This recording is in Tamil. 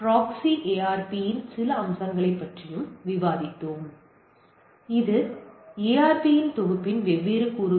ப்ராக்ஸி ARP இன் சில அம்சங்களையும் விவாதித்தோம் இது ARP தொகுப்பின் வெவ்வேறு கூறுகள்